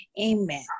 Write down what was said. Amen